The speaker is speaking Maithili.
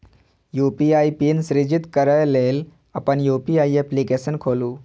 यू.पी.आई पिन सृजित करै लेल अपन यू.पी.आई एप्लीकेशन खोलू